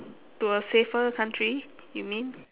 to a safer country you mean